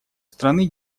страны